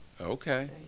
Okay